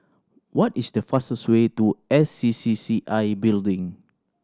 what is the fastest way to S C C C I Building